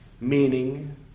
meaning